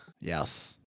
Yes